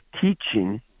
teaching